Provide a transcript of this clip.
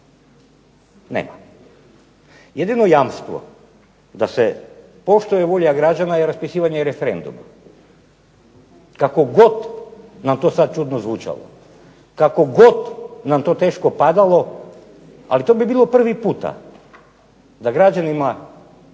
Ne. Jedino jamstvo da se poštuje volja građana je raspisivanje referenduma. Kako god nam to sad čudno zvučalo. Kako god nam to teško padalo, ali to bi bilo prvi puta da građanima